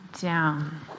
down